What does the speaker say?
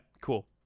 cool